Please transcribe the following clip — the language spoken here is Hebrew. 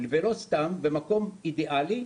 ולא סתם, במקום אידיאלי,